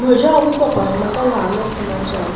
म्हज्या आवय बापायन म्हाका ल्हान आसतानाच्यान